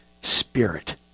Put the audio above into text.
Spirit